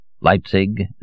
Leipzig